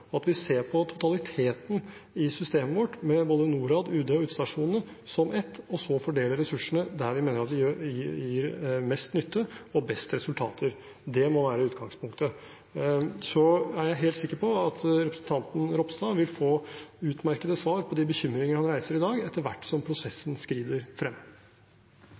at vi ser på totaliteten i systemet vårt med både Norad, UD og utestasjonene som ett, og så fordeler ressursene der vi mener at det gir mest nytte og best resultater. Det må være utgangspunktet. Jeg er helt sikker på at representanten Ropstad vil få utmerkede svar på de bekymringer han reiser i dag, etter hvert som prosessen skrider frem.